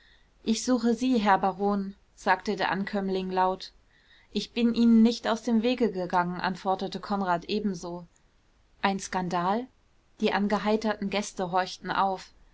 ich suche sie herr baron sagte der ankömmling laut ich bin ihnen nicht aus dem wege gegangen antwortete konrad ebenso ein skandal die angeheiterten gäste horchten auf